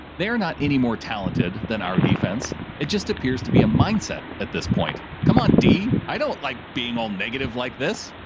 they are not any more talented than our defense. it just appears to be a mindset at this point. come on d i don't like being all negative like this.